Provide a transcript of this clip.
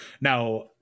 Now